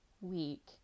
week